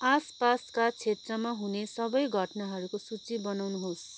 आसपासका क्षेत्रमा हुने सबै घटनाहरूको सूची बनाउनुहोस्